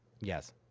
Yes